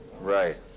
Right